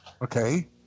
Okay